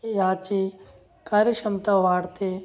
याची कार्यक्षमता वाढते